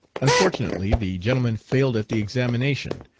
unfortunately the gentleman failed at the examination,